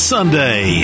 Sunday